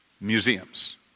museums